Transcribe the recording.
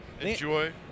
enjoy